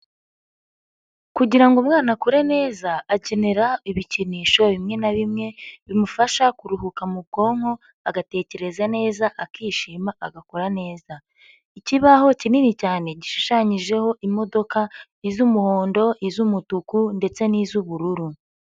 Kugira ngo umwana akure neza akenera ibikinisho bimwe na bimwe, bimufasha kuruhuka mu bwonko agatekereza neza akishima agakora neza. Ikibaho kinini cyane gishushanyijeho imodoka: iz'umuhondo, iz'umutuku ndetse n'iz'ubururu.